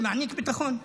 זה מעניק ביטחון?